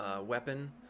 weapon